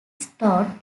stone